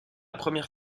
première